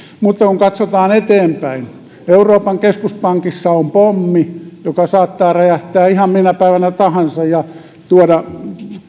mutta kun katsotaan eteenpäin niin euroopan keskuspankissa on pommi joka saattaa räjähtää ihan minä päivänä tahansa ja tuoda